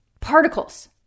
Particles